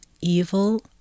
evil